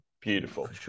Beautiful